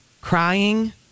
crying